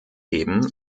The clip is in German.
heben